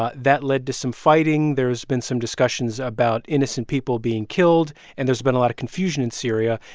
ah that led to some fighting. there's been some discussions about innocent people being killed. and there's been a lot of confusion in syria.